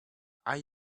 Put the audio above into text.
are